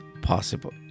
possible